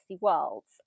worlds